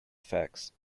effects